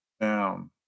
Down